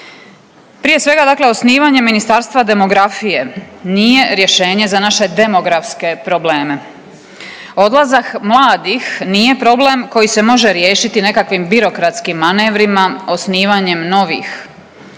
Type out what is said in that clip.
Prije svega dakle osnivanje Ministarstva demografije nije rješenje za naše demografske probleme. Odlazak mladih nije problem koji se može riješiti nekakvim birokratskim manevrima osnivanjem novih institucija,